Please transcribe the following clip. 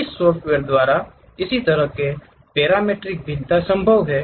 इस सॉफ्टवेयर द्वारा इस तरह के पैरामीट्रिक भिन्नता संभव है